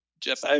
Jeff